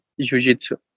jujitsu